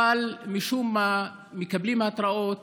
אבל משום מה מקבלים התראות